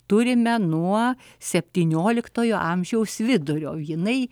turime nuo septynioliktojo amžiaus vidurio jinai